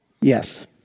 Yes